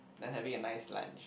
then having a nice lunch